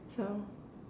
so